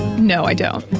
no, i don't.